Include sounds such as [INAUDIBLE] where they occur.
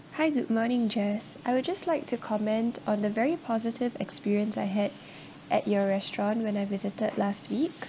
hi good morning jess I would just like to comment on the very positive experience I had [BREATH] at your restaurant when I visited last week